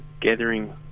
gathering